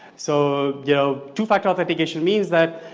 so you know two factor authentication means that